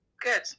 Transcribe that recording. good